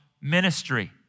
ministry